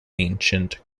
ancient